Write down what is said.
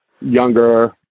younger